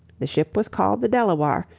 the ship was called the delawar,